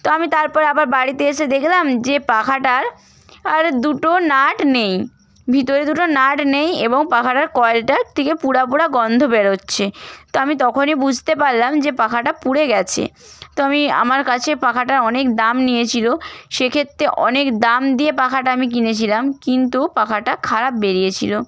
তো আমি তারপরে আবার বাড়িতে এসে দেখলাম যে পাখাটার আর দুটো নাট নেই ভিতরে দুটো নাট নেই এবং পাখাটার কয়েলটা থেকে পুড়া পুড়া গন্ধ বেরোচ্ছে তো আমি তখনই বুছতে পারলাম যে পাখাটা পুড়ে গেছে তো আমি আমার কাছে পাখাটা অনেক দাম নিয়েছিলো সেক্ষেত্রে অনেক দাম দিয়ে পাখাটা আমি কিনেছিলাম কিন্তু পাখাটা খারাপ বেরিয়েছিলো